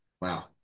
wow